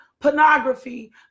pornography